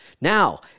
Now